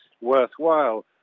worthwhile